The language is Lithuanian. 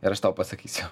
ir aš tau pasakysiu